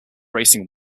racing